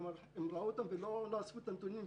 הם ראו אותם ולא אספו אותם,